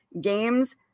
Games